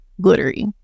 glittery